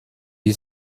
you